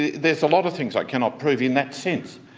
there's a lot of things i cannot prove in that sense,